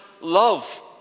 Love